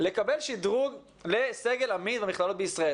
לקבל שדרוג לסגל --- במכללות בישראל.